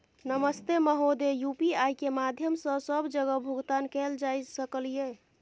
नमस्ते महोदय, यु.पी.आई के माध्यम सं सब जगह भुगतान कैल जाए सकल ये?